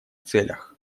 целях